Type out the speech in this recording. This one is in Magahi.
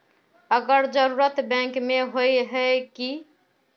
अगर जरूरत बैंक में होय है की?